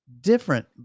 different